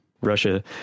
Russia